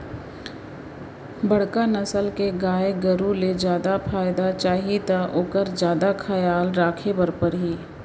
बड़का नसल के गाय गरू ले जादा फायदा चाही त ओकर जादा खयाल राखे बर परही